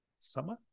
summer